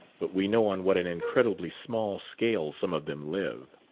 but we know on what an incredibly small scale some of them live.